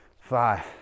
five